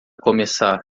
começar